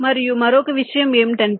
మరియు మరొక విషయం ఏంటంటే